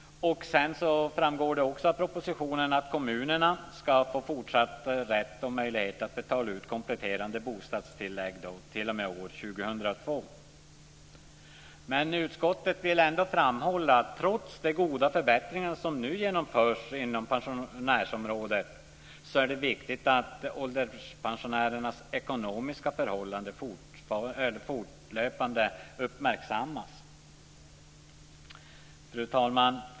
Det framgår också av propositionen att kommunerna ska få fortsatt möjlighet att betala ut kompletterande bostadstillägg t.o.m. år 2002. Utskottet vill ändå framhålla att trots de goda förbättringar som nu genomförs på pensionärsområdet är det viktigt att ålderspensionärernas ekonomiska förhållanden fortlöpande uppmärksammas. Fru talman!